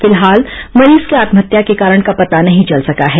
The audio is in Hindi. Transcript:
फिलहाल मरीज के आत्महत्या के कारण का पता नहीं चल सका है